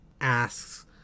asks